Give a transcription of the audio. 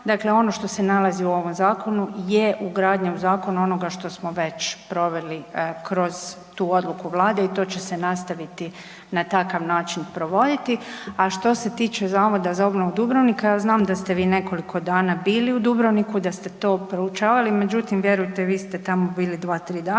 dakle ono što se nalazi u ovom zakonu je ugradnja u zakon onoga što smo već proveli kroz tu odluku Vlade i to će se nastaviti na takav način provoditi. A što se tiče Zavoda za obnovu Dubrovnika, ja znam da ste vi nekoliko dana bili u Dubrovniku da ste to proučavali, međutim vjerujte vi ste tamo bili dva, tri dana.